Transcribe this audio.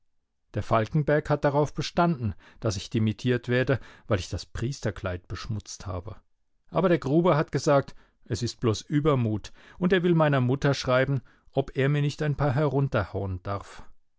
der falkenberg hat darauf bestanden daß ich dimittiert werde weil ich das priesterkleid beschmutzt habe aber der gruber hat gesagt es ist bloß übermut und er will meiner mutter schreiben ob er mir nicht ein paar herunterhauen darf